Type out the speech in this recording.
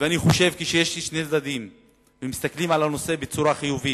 ואני חושב שיש לי שני צדדים שמסתכלים על הנושא בצורה חיובית.